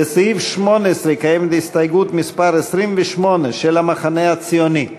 לסעיף 18 קיימת הסתייגות מס' 28 של המחנה הציוני.